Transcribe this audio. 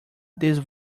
this